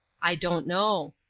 i don't know.